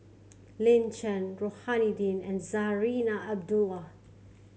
Lin Chen Rohani Din and Zarinah Abdullah